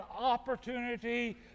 opportunity